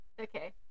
Okay